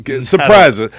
surprise